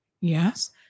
Yes